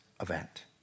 event